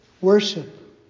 worship